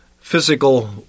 physical